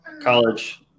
college